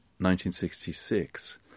1966